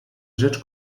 rzecz